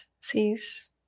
Sees